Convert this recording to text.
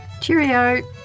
Cheerio